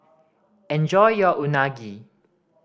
enjoy your Unagi